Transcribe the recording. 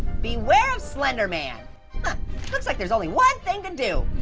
beware of slenderman. looks like there's only one thing to do,